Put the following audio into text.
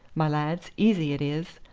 my lads, easy it is.